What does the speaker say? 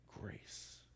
grace